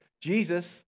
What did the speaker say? Jesus